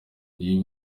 uyu